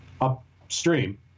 upstream